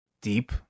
deep